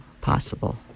possible